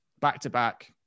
Back-to-back